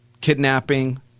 kidnapping